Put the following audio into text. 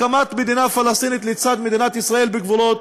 הקמת מדינה פלסטינית לצד מדינת ישראל בגבולות